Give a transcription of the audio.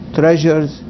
treasures